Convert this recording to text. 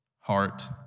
heart